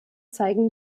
zeigen